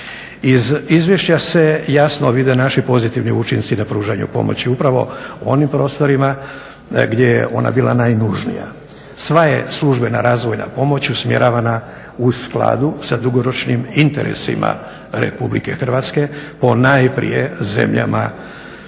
Iz izvješća se jasno vide naši pozitivni učinci na pružanju pomoći upravo u onim prostorima gdje je ona bila najnužnija. Sva je službena razvojna pomoć usmjeravana u skladu sa dugoročnim interesima RH ponajprije zemljama u